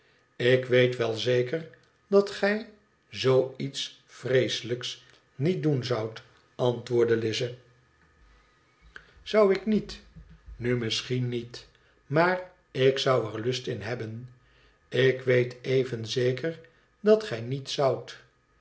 ik weet wel zeker dat gij zoo iets vreeselijks niet doen zoudt antwoordde lize zou ik niet nu misschien niet maar ik zou er lust in hebben ik weet even zeker dat gij niet zoudt